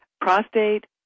prostate